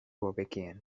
hobekien